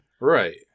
Right